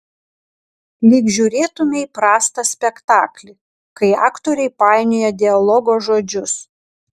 lyg žiūrėtumei prastą spektaklį kai aktoriai painioja dialogo žodžius